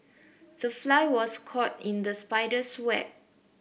the fly was caught in the spider's web